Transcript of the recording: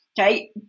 okay